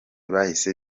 bahise